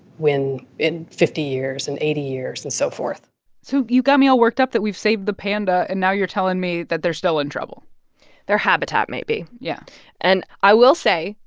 when in fifty years and eighty years and so forth so you got me all worked up that we've saved the panda, and now you're telling me that they're still in trouble their habitat may be yeah and i will say,